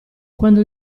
quando